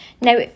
Now